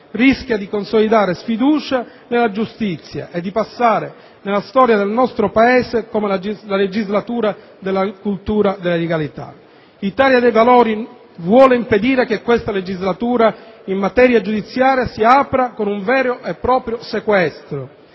rischia di consolidare sfiducia nella giustizia e di passare alla storia del nostro Paese come la legislatura della cultura dell'illegalità. Italia dei Valori vuole impedire che questa legislatura, in materia giudiziaria, si apra con un vero e proprio sequestro: